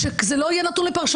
שזה לא יהיה נתון לפרשנות.